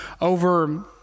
over –